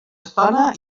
estona